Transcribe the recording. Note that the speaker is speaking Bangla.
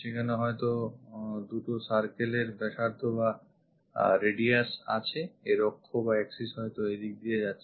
সেখানে হয়তো দুটি circle এর ব্যাসার্ধ বা radius আছেI এর অক্ষ বা Axis হয়তো এই দিক দিয়ে যাচ্ছে